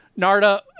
Narda